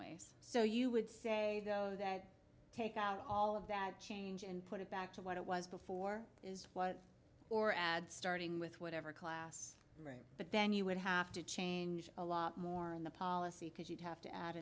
doing so you would say though that take out all of that change and put it back to what it was before is what or add starting with whatever class but then you would have to change a lot more in the policy because you'd have to add